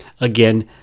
again